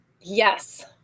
Yes